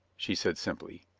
she said simply.